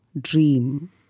dream